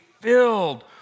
filled